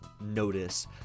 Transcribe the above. notice